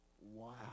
Wow